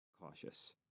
Cautious